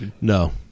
No